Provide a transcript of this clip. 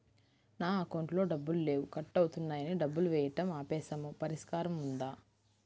నా అకౌంట్లో డబ్బులు లేవు కట్ అవుతున్నాయని డబ్బులు వేయటం ఆపేసాము పరిష్కారం ఉందా?